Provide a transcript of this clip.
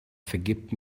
vergebt